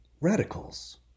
radicals